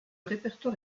répertoire